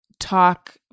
Talk